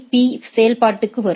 பீ செயல்பாட்டுக்கு வரும்